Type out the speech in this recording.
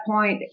point